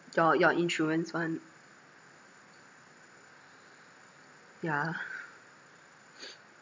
your your insurance one yeah